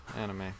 anime